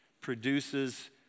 produces